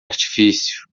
artifício